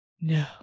no